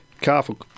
careful